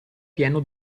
pieno